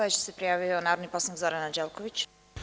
Sledeći se prijavio narodni poslanik Zoran Anđelković.